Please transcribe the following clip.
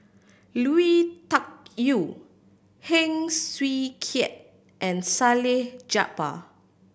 Lui Tuck Yew Heng Swee Keat and Salleh Japar